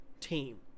team